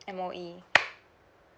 M_O_E